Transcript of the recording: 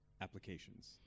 applications